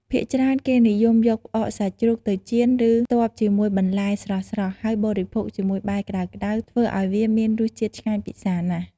ភាគច្រើន គេនិយមយកផ្អកសាច់ជ្រូកទៅចៀន និងផ្ទាប់ជាមួយបន្លែស្រស់ៗ ហើយបរិភោគជាមួយបាយក្ដៅៗ ធ្វើឱ្យវាមានរសជាតិឆ្ងាញ់ពិសាណាស់។